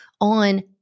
on